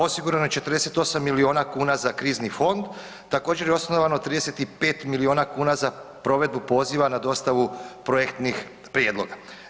Osigurano je 48 milijona kuna za krizni fond, također je osigurano 35 milijona kuna za provedbu poziva na dostavu projektnih prijedloga.